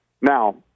now